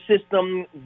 system